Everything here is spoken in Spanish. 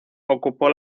ocupó